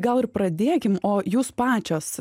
gal ir pradėkim o jūs pačios